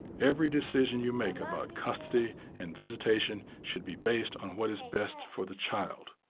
every decision you make about custody and visitation should be based on what is best for the child.